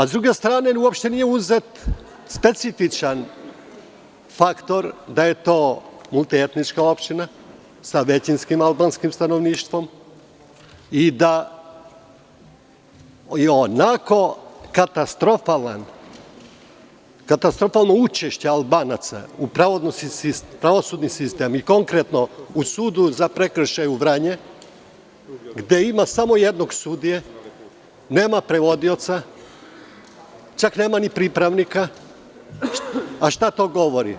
S druge strane, uopšte nije uzet u obzir specifičan faktor da je to multietnička opština sa većinskim albanskim stanovništvom i da i onako katastrofalno učešće Albanaca u pravosudni sistem i konkretno u sudu za prekršaje u Vranju, gde ima samo jednog sudije, nema prevodica, čak nema ni pripravnika i šta to govori?